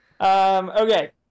Okay